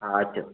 हा अचो